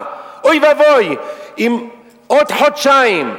אוי ואבוי אם עוד חודשיים,